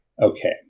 Okay